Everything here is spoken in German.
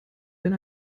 wenn